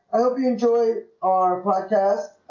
i hope you enjoyed our broadcast